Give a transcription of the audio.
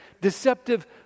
deceptive